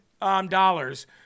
dollars